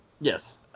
Yes